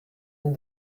that